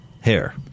hair